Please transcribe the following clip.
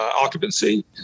occupancy